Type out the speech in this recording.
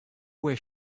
where